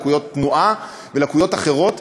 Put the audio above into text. לקויות תנועה ולקויות אחרות,